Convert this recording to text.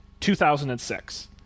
2006